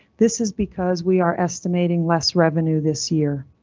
this is because we are estimating less revenue this year.